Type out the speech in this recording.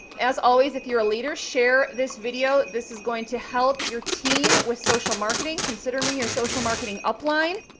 as always, if you're a leader, share this video. this is going to help your team with social marketing. consider me your social marketing up-line.